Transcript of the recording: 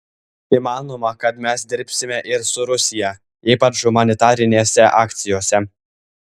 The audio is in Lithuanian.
įmanoma kad mes dirbsime ir su rusija ypač humanitarinėse akcijose